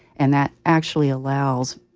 and that actually allows